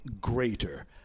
greater